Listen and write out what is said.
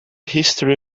history